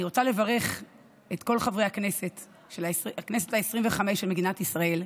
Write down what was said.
אני רוצה לברך את כל חברי הכנסת של הכנסת העשרים-וחמש של מדינת ישראל,